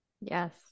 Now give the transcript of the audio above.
Yes